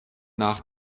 nach